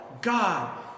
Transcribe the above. God